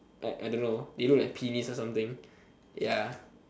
I don't know they look like penis or something ya